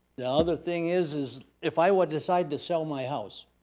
the other thing is is if i would decide to sell my house,